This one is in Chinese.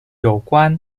有关